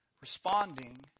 responding